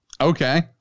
Okay